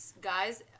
guys